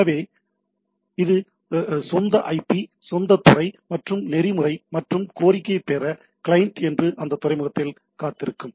எனவே இது அதன் சொந்த ஐபி சொந்த துறை மற்றும் நெறிமுறை மற்றும் கோரிக்கையைப் பெற கிளையன்ட் என்று அந்த துறைமுகத்தில் காத்திருக்கும்